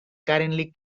currently